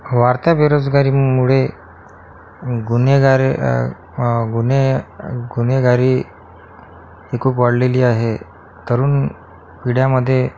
वाढत्या बेरोजगारीमुळे गुन्हेगारी गुन्हे गुन्हेगारी ही खूप वाढलेली आहे तरुण पिढ्यांमध्ये